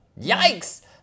Yikes